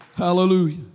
Hallelujah